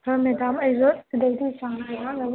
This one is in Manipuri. ꯍꯣꯏ ꯃꯦꯗꯥꯝ ꯑꯩꯁꯨ ꯍꯟꯗꯛꯇꯤ ꯆꯥꯡꯅꯥꯏꯅ ꯂꯥꯛꯅꯕ ꯇꯧꯔꯒꯦ